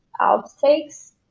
outtakes